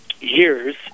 years